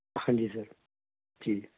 ਹਾਂਜੀ ਸਰ ਜੀ